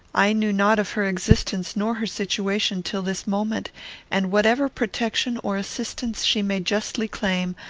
i knew not of her existence nor her situation till this moment and whatever protection or assistance she may justly claim,